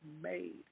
made